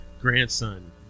grandson